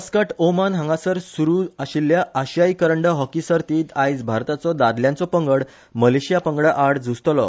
Muscat Oman हांगासर सुरु आशिल्ल्या आशिया करंडक हॉकी सर्तीत आयज भारताचो दादल्यांचो पंगड मलेशिया पंगडा आड झूजतलो